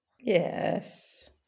Yes